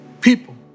people